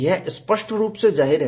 यह स्पष्ट रूप से जाहिर है